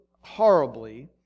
horribly